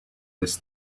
this